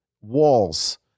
walls